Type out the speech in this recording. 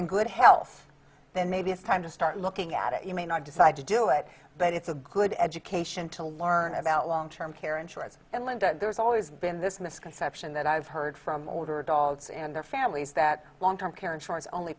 in good health then maybe it's time to start looking at it you may not decide to do it but it's a good education to learn about long term care insurance and linda there's always been this misconception that i've heard from older adults in their families that long term care insurance only